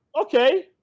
okay